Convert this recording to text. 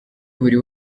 buri